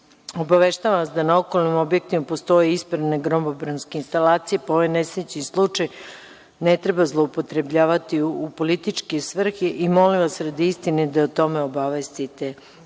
Obaveštavam vas da na okolnim objektima postoje ispravne gromobranske instalacije, pa ovaj nesrećni slučaj ne treba zloupotrebljavati u političke svrhe i molim vas da zarad istine o tome obavestite